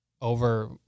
over